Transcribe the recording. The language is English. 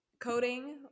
Coding